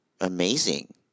amazing